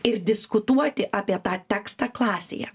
ir diskutuoti apie tą tekstą klasėje